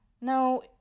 No